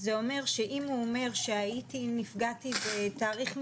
זה אומר שאם הוא אומר שנפגעתי בתאריך מסוים,